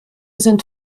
sind